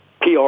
PR